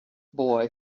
boy